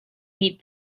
meet